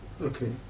Okay